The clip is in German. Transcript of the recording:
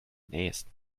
nähesten